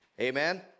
Amen